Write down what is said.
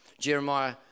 Jeremiah